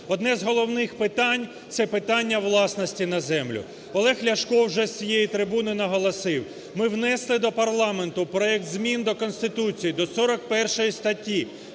Одне з головних питань - це питання власності на землю. Олег Ляшко вже з цієї трибуни наголосив, ми внесли до парламенту проект змін до Конституції до 41 статті,